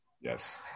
Yes